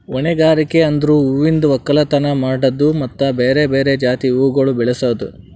ಹೂಗಾರಿಕೆ ಅಂದುರ್ ಹೂವಿಂದ್ ಒಕ್ಕಲತನ ಮಾಡದ್ದು ಮತ್ತ ಬೇರೆ ಬೇರೆ ಜಾತಿ ಹೂವುಗೊಳ್ ಬೆಳಸದ್